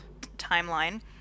timeline